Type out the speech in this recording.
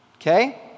Okay